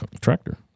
Tractor